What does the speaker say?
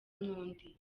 n’undi